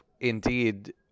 indeed